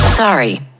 Sorry